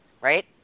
right